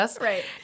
right